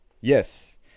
Yes